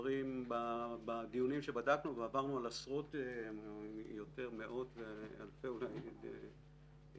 בדיונים שבדקנו ועברנו על מאות ואולי אלפים של